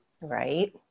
Right